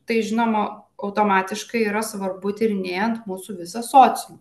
tai žinoma automatiškai yra svarbu tyrinėjant mūsų visą sociumą